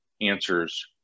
answers